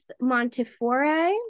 Montefiore